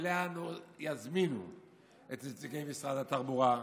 שאליה יזמינו את נציגי משרד התחבורה,